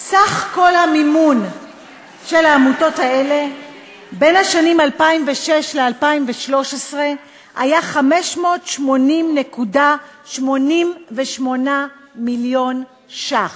סך כל המימון של העמותות האלה בין 2006 ל-2013 היה 580.88 מיליון שקלים.